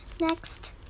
Next